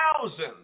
thousand